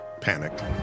panicked